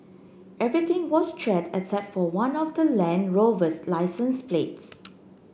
everything was charred except for one of the Land Rover's licence plates